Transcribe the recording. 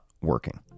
working